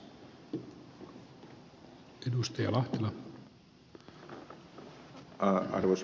arvoisa puhemies